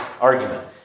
argument